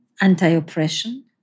anti-oppression